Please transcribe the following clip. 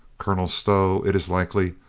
colonel stow it is likely,